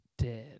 Dead